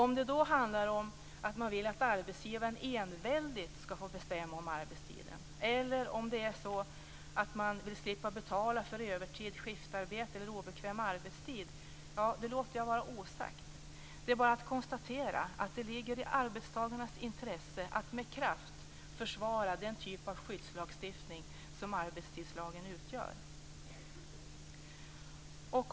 Om det då handlar om att arbetsgivaren enväldigt skall få bestämma om arbetstiden, eller om man vill slippa att betala för övertid, skiftarbete eller obekväm arbetstid låter jag vara osagt. Det är bara att konstatera att det ligger i arbetstagarnas intresse att med kraft försvara den typ av skydddslagstiftning som arbetstidslagen utgör.